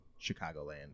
Chicagoland